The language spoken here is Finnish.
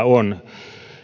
on